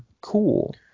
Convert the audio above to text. cool